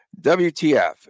WTF